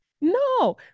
No